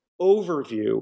overview